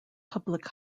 public